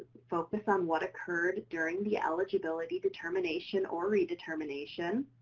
focus on what occurred during the eligibility determination or redetermination.